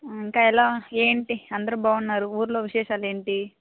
ఇంకా ఎలా ఏంటి అందరు బాగున్నారు ఊళ్ళో విశేషాలు ఏంటి